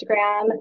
Instagram